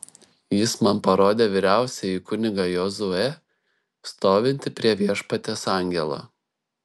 jis man parodė vyriausiąjį kunigą jozuę stovintį prie viešpaties angelo